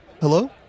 hello